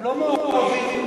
לא מעורבים,